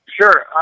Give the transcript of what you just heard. Sure